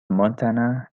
montana